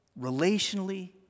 relationally